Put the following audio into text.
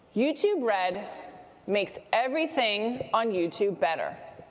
youtube red makes everything on youtube better.